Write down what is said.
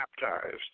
baptized